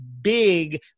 big